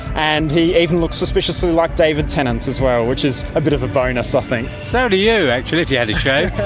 and he even looks suspiciously like david tennant as well, which is a bit of a bonus i think. so do you actually, if you had a shave.